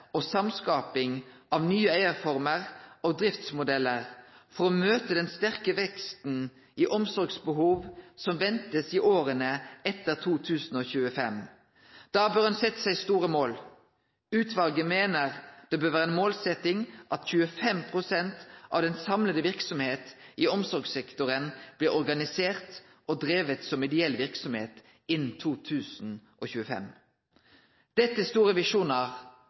og samskaping av nye eierformer og driftsmodeller for å møte den sterke veksten i omsorgsbehov som ventes i årene etter 2025. Da bør en sette seg store mål. Utvalget foreslår at et av målene kan være å la 25 % av den samlede virksomhet i omsorgssektoren bli organisert og drevet som ideell virksomhet innen 2025.» Dette er store